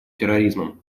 терроризмом